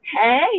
Hey